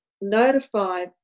notify